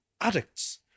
addicts